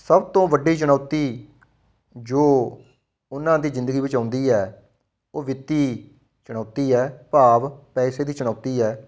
ਸਭ ਤੋਂ ਵੱਡੀ ਚੁਣੌਤੀ ਜੋ ਉਹਨਾਂ ਦੀ ਜ਼ਿੰਦਗੀ ਵਿਚ ਆਉਂਦੀ ਹੈ ਉਹ ਵਿੱਤੀ ਚੁਣੌਤੀ ਹੈ ਭਾਵ ਪੈਸੇ ਦੀ ਚੁਣੌਤੀ ਹੈ